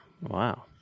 Wow